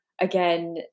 again